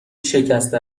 شکسته